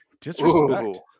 Disrespect